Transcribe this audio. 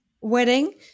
wedding